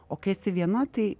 o kai esi viena tai